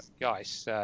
Guys